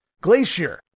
Glacier